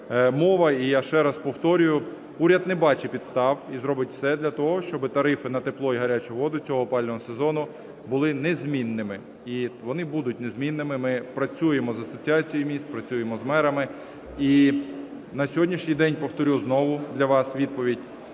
мова. І я ще раз повторюю, уряд не бачить підстав і зробить все для того, щоби тарифи на тепло і гарячу воду цього опалювального сезону були незмінними. І вони будуть незмінними. Ми працюємо з Асоціацією міст, працюємо з мерами, і на сьогоднішній день – повторюю ще раз для вас відповідь